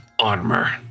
Armor